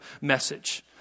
message